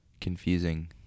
confusing